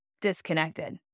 disconnected